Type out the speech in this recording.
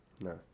No